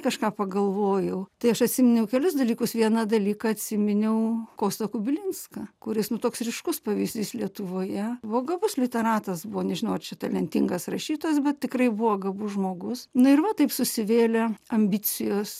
kažką pagalvojau tai aš atsiminiau kelis dalykus vieną dalyką atsiminiau kostą kubilinską kuris nu toks ryškus pavyzdys lietuvoje buvo gabus literatas buvo nežinau ar čia talentingas rašytojas bet tikrai buvo gabus žmogus na ir va taip susivėlė ambicijos